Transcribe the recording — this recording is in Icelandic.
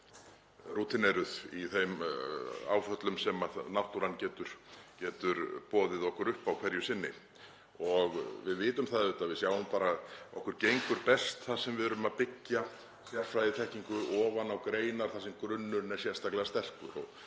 vel rútíneruð í þeim áföllum sem náttúran getur boðið okkur upp á hverju sinni. Við vitum það auðvitað og sjáum bara að okkur gengur best þar sem við erum að byggja sérfræðiþekkingu ofan á greinar þar sem grunnurinn er sérstaklega sterkur.